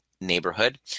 neighborhood